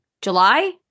july